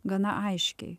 gana aiškiai